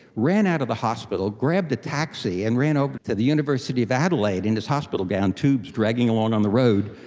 ran out of the hospital, grabbed a taxi and ran over to the university of adelaide in his hospital gown, tubes dragging along on the road,